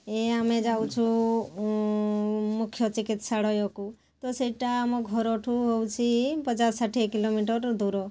ଏ ଆମେ ଯାଉଛୁ ମୁଖ୍ୟ ଚିକିତ୍ସାଳୟକୁ ତ ସେଇଟା ଆମ ଘରଠୁ ହେଉଛି ପଚାଶ ଷାଠିଏ କିଲୋମିଟର ଦୂର